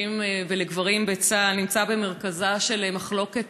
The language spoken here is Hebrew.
ולגברים בצה"ל נמצא במרכזה של מחלוקת